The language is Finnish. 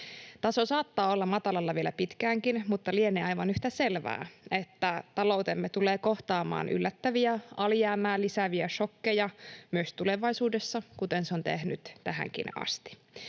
Taso saattaa olla matalalla vielä pitkäänkin, mutta lienee aivan yhtä selvää, että taloutemme tulee kohtaamaan yllättäviä alijäämää lisääviä sokkeja myös tulevaisuudessa, kuten se on tehnyt tähänkin asti.